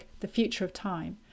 thefutureoftime